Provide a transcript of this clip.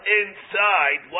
inside